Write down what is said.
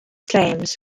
claims